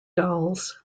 dolls